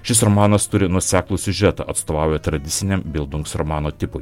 šis romanas turi nuoseklų siužetą atstovauja tradiciniam bildunks romano tipui